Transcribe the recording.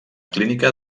clínica